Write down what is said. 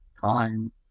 time